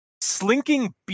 slinking